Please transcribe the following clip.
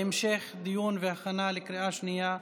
להמשך דיון והכנה לקריאה שנייה ושלישית.